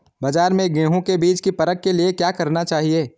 बाज़ार में गेहूँ के बीज की परख के लिए क्या करना चाहिए?